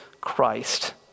Christ